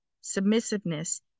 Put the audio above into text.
submissiveness